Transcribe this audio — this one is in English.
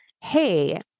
hey